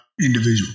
individual